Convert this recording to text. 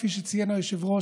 כפי שציין היושב-ראש,